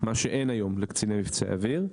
מה שאין היום לקציני מבצעי אוויר,